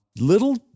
little